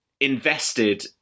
invested